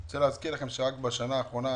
אני רוצה להזכיר לכם שרק בשנה האחרונה